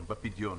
בפדיון.